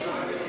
לשמחתך,